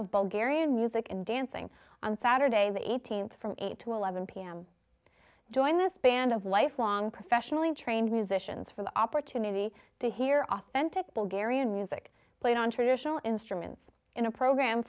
of bulgarian music and dancing on saturday the eighteenth from eight to eleven pm join this band of lifelong professionally trained musicians for the opportunity to hear authentic bulgarian music played on traditional instruments in a program